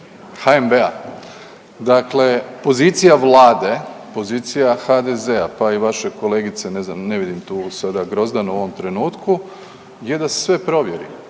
HNB-a, dakle pozicija Vlade, pozicija HDZ-a pa i vaše kolegice, ne znam ne vidim tu sada Grozdanu u ovom trenutku je da se sve provjeri,